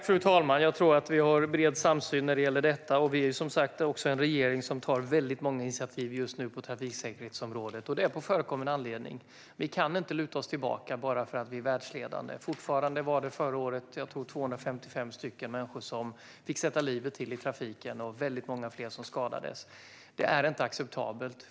Fru talman! Vi har en bred samsyn i frågorna. Regeringen tar många initiativ just nu på trafiksäkerhetsområdet, och det är på förekommen anledning. Vi kan inte luta oss tillbaka bara för att Sverige är världsledande. Förra året fick 255 människor sätta livet till i trafiken, och många fler skadades. Det är inte acceptabelt.